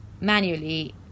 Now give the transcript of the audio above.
manually